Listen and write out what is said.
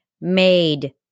made